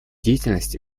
деятельность